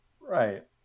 Right